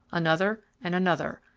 another and another.